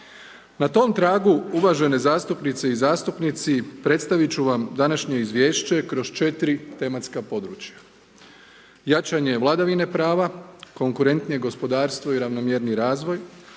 Na tom tragu uvažene zastupnice i zastupnici predstaviti ću vam današnje izvješće kroz četiri tematska područja: jačanje vladavine prava, konkurentnije gospodarstvo i ravnomjerniji razvoj,